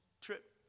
trip